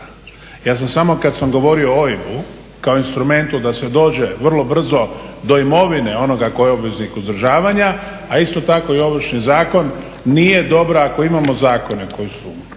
Ja sam samo, kad sam govorio o OIB-u kao instrumentu da se dođe vrlo brzo do imovine onoga koji je obveznik uzdržavanja, a isto tako i ovršni zakon, nije dobro ako imamo zakone koji su